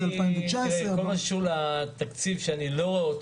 2019 --- קשה לי לדבר על תקציב שאני לא רואה.